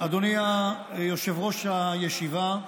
אדוני יושב-ראש הישיבה,